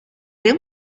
going